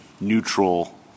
neutral